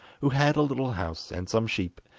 who had a little house and some sheep,